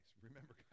Remember